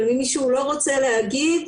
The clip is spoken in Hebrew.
אבל אם מישהו לא רוצה להגיד,